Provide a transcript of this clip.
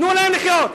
תנו להם לחיות,